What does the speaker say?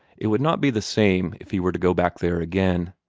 it would not be the same if he were to go back there again.